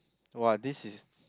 !wah! this is